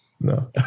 No